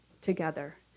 together